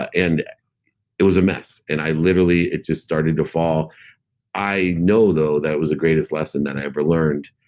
ah and it was a mess. and i literally. it just started to fall i know, though, that it was the greatest lesson that i ever learned.